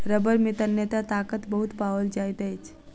रबड़ में तन्यता ताकत बहुत पाओल जाइत अछि